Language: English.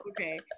Okay